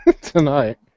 tonight